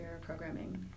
programming